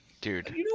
dude